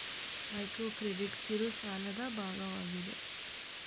micro credit ಕಿರು ಸಾಲದ ಭಾಗವಾಗಿದೆ